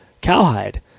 cowhide